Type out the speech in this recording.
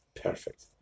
Perfect